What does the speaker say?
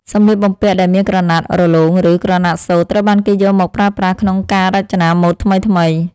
សម្លៀកបំពាក់ដែលមានក្រណាត់រលោង ឬក្រណាត់សូត្រត្រូវបានគេយកមកប្រើប្រាស់ក្នុងការរចនាម៉ូដថ្មីៗ។